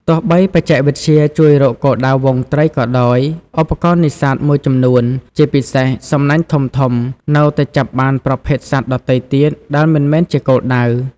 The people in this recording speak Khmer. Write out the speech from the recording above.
ទោះបីបច្ចេកវិទ្យាជួយរកគោលដៅហ្វូងត្រីក៏ដោយ ឧបករណ៍នេសាទមួយចំនួន ជាពិសេសសំណាញ់ធំៗ នៅតែចាប់បានប្រភេទសត្វដទៃទៀតដែលមិនមែនជាគោលដៅ។